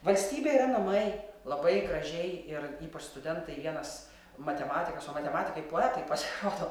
valstybė yra namai labai gražiai ir ypač studentai vienas matematikas o matematikai poetai pasirodo